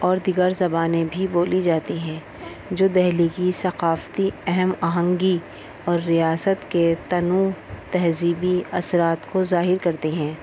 اور دیگر زبانیں بھی بولی جاتی ہیں جو دہلی کی ثقافتی ہم آہنگی اور ریاست کے تنوع تہذیبی اثرات کو ظاہر کرتی ہیں